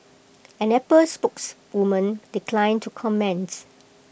an Apple spokeswoman declined to comments